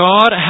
God